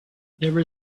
there